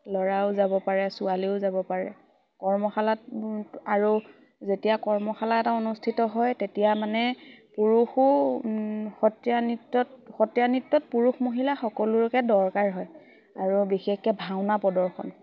ল'ৰাও যাব পাৰে ছোৱালীও যাব পাৰে কৰ্মশালাত আৰু যেতিয়া কৰ্মশালা এটা অনুষ্ঠিত হয় তেতিয়া মানে পুৰুষো সত্ৰীয়া নৃত্যত সত্ৰীয়া নৃত্যত পুৰুষ মহিলা সকলোকে দৰকাৰ হয় আৰু বিশেষকে ভাওনা প্ৰদৰ্শন